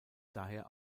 daher